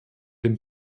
dem